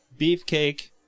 Beefcake